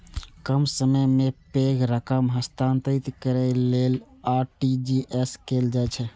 कम समय मे पैघ रकम हस्तांतरित करै लेल आर.टी.जी.एस कैल जाइ छै